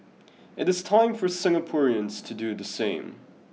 it is time for Singaporeans to do the same